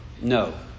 No